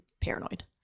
paranoid